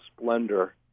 splendor